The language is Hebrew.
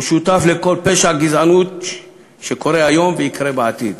הוא שותף לכל פשע גזענות שקורה היום ויקרה בעתיד.